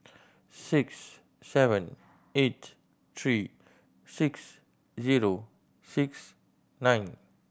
six seven eight three six zero six nine